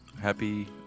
Happy